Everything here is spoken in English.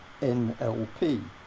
NLP